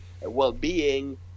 well-being